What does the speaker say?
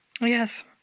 Yes